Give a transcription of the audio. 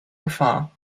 gefahr